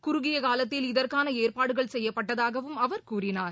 குறுகியகாலத்தில் இதற்கானஏற்பாடுகள் செய்யப்பட்டதாகவும் அவர் கூறினார்